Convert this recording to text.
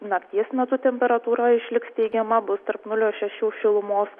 nakties metu temperatūra išliks teigiama bus tarp nulio ir šešių šilumos